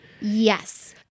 yes